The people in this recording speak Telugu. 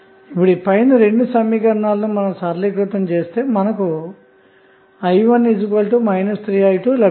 ఇప్పుడు పైన రెండు సమీకరణాలు సరళీకృతం చేస్తే మనం i 1 3 i 2 పొందవచ్చు